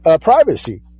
privacy